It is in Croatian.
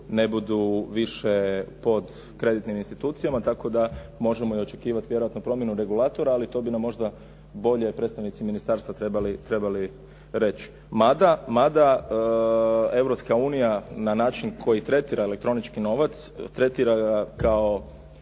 ne budu više pod kreditnim institucijama, tako da možemo i očekivati vjerojatno promjenu regulatora, ali to bi nam možda bolje predstavnici ministarstva trebali reći. Mada Europska unija na način koji tretira elektronički novac tretira ga